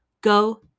Go